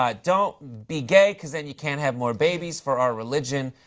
um don't be gay because then you can have more babies for our religion.